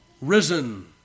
risen